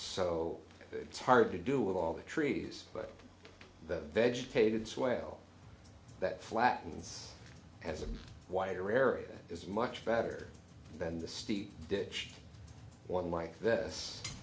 so it's hard to do with all the trees but that vegetated swell that flattens has a wider area is much better than the steep ditch one like this